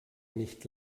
nicht